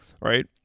right